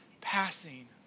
passing